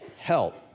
help